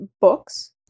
books